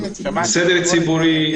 סדר ציבורי,